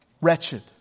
wretched